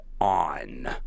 on